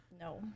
No